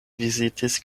vizitis